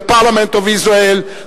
the Parliament of Israel,